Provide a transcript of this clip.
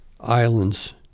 islands